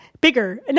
bigger